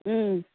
ꯎꯝ